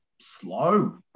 slow